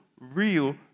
real